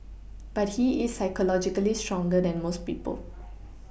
but he is psychologically stronger than most people